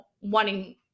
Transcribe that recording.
wanting